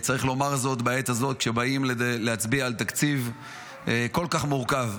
צריך לומר זאת בעת הזאת כשבאים להצביע על תקציב כל כך מורכב,